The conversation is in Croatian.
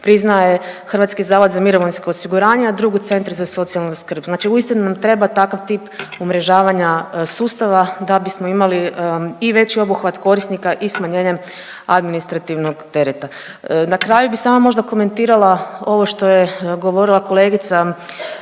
što jednu naknadu priznaje HZMO, a drugu Centar za socijalnu skrb, znači uistinu nam treba takav tip umrežavanja sustava da bismo imali i veći obuhvat korisnika i smanjenje administrativnog tereta. Na kraju bi samo možda komentirala ovo što je govorila kolegica Mrak